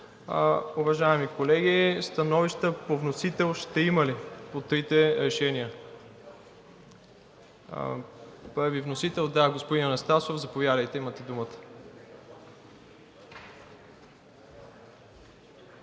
Уважаеми колеги, становища по вносител ще има ли, по трите решения? Първи вносител – да, господин Анастасов, заповядайте – имате думата.